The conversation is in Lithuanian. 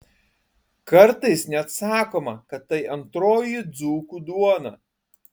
kartais net sakoma kad tai antroji dzūkų duona